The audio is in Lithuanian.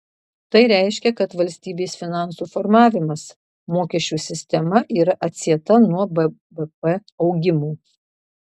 tai reiškia kad valstybės finansų formavimas mokesčių sistema yra atsieta nuo bvp augimo